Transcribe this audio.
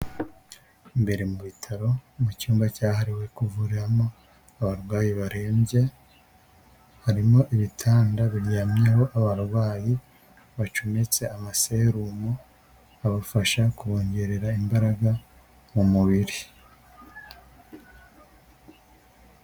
Imbere mu bitaro mu cyumba cyahariwe kuvuriramo abarwayi barembye harimo ibitanda biryamyeho abarwayi baconetse amaserumo abafasha kubongerera imbaraga mu mubiri.